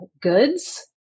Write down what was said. Goods